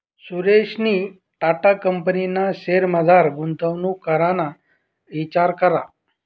सुरेशनी टाटा कंपनीना शेअर्समझार गुंतवणूक कराना इचार करा